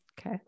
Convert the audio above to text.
Okay